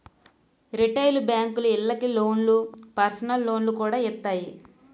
retail బేంకులు ఇళ్ళకి లోన్లు, పర్సనల్ లోన్లు కూడా ఇత్తాయి